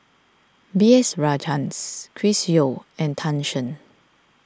B S Rajhans Chris Yeo and Tan Shen